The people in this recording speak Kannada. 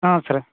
ಹಾಂ ಸರ್